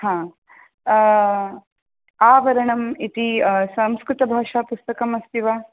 आम् आवरणं इति संस्कृतभाषापुस्तकम् अस्ति वा